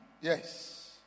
yes